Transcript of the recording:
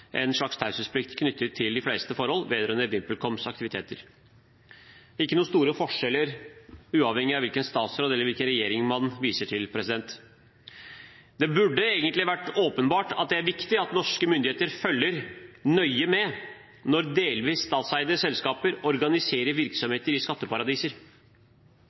aktiviteter – ikke noen store forskjeller, uavhengig av hvilken statsråd eller hvilken regjering man viser til. Det burde egentlig vært åpenbart at det er viktig at norske myndigheter følger nøye med når delvis statseide selskaper organiserer virksomheter i skatteparadiser.